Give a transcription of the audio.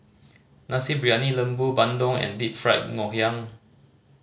Nasi Briyani Lembu bandung and Deep Fried Ngoh Hiang